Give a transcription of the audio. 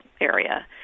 area